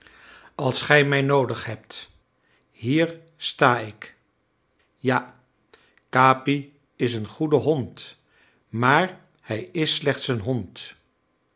als gij mij noodig hebt hier sta ik ja capi is een goede hond maar hij is slechts een hond